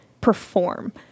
perform